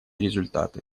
результаты